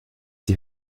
die